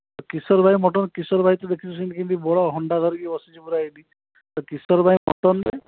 କିଶୋର ଭାଇ ମଟନ୍ କିଶୋର ଭାଇକି ଦେଖିଛୁ ସେଇଠି କିମିତି ବଡ଼ ହଣ୍ଡା ଧରିକି ବସିଛି ପୁରା ହେଇଟି କିଶୋର ଭାଇ ମଟନ୍